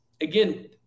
again